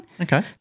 Okay